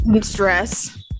Stress